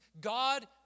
God